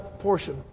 portion